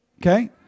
okay